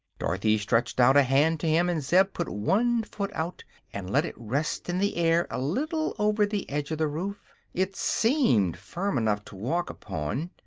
dorothy stretched out a hand to him and zeb put one foot out and let it rest in the air a little over the edge of the roof. it seemed firm enough to walk upon,